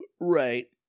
Right